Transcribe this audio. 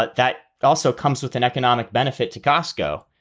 but that also comes with an economic benefit to costco.